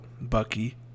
Bucky